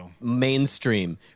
mainstream